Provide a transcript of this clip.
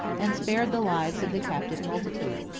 and spared the lives of the captive multitude.